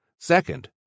Second